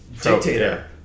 dictator